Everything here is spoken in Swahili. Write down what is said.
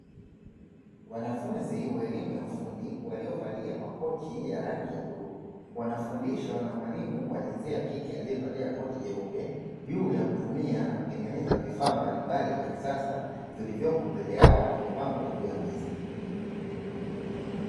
Wanafunzi wa elimu ya ufundi waliovalia makoti ya rangi ya bluu, wanafundishwa na mwalimu wa jinsia ya kike aliyevalia koti jeupe juu ya kutumia na kutengeneza vifaa mbalimbali vya kisasa vilivyopo mbele yao vimepangwa juu ya meza.